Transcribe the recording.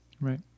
right